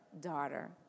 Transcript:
Daughter